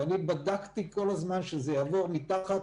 ואני בדקתי כלל הזמן שזה יעבור מתחת